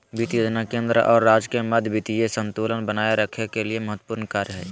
वित्त योजना केंद्र और राज्य के मध्य वित्तीय संतुलन बनाए रखे के महत्त्वपूर्ण कार्य हइ